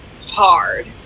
hard